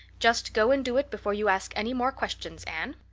just go and do it before you ask any more questions, anne.